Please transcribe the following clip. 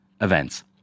events